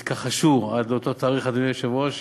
התכחשו, עד לאותו תאריך, אדוני היושב-ראש,